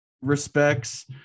respects